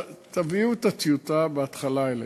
תביאו את הטיוטה בהתחלה אלינו,